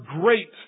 great